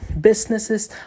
businesses